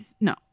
No